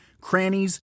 crannies